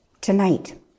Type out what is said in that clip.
tonight